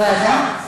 לוועדה?